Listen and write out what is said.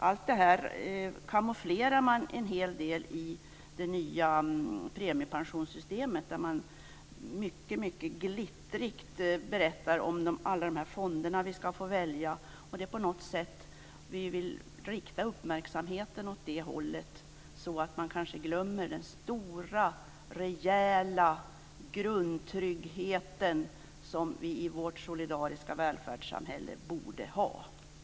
Allt detta kamoufleras i det nya premiepensionssystemet, där man glittrigt berättar om alla fonderna. Uppmärksamheten riktas åt det hållet, så att man glömmer bort den stora, rejäla grundtryggheten som vi i vårt solidariska välfärdssamhälle borde ha.